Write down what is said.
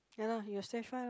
ya lah you got stage fright lah